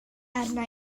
arna